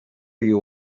you